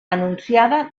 anunciada